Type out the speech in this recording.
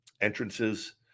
entrances